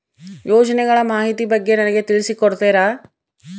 ಯೋಜನೆಗಳ ಮಾಹಿತಿ ಬಗ್ಗೆ ನನಗೆ ತಿಳಿಸಿ ಕೊಡ್ತೇರಾ?